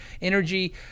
energy